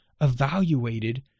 evaluated